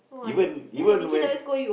even even when